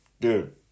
Dude